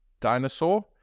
dinosaur